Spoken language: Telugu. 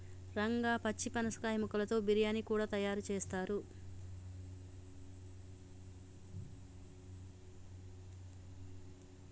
రంగా పచ్చి పనసకాయ ముక్కలతో బిర్యానీ కూడా తయారు చేస్తారు